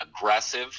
aggressive